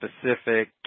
specific